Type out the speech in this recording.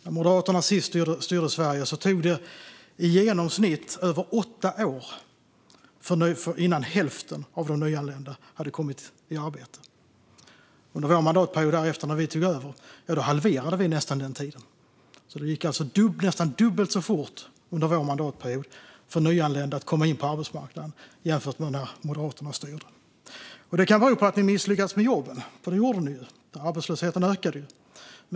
När Moderaterna styrde Sverige senast tog det i genomsnitt över åtta år innan hälften av de nyanlända hade kommit i arbete. Under vår mandatperiod, efter att vi tog över, halverade vi nästan den tiden. Det gick alltså nästan dubbelt så fort under vår mandatperiod för nyanlända att komma in på arbetsmarknaden jämfört med när Moderaterna styrde. Det kan bero på att ni misslyckades med jobben, Arin Karapet, för det gjorde ni. Arbetslösheten ökade.